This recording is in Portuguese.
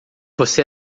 você